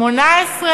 18,